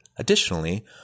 Additionally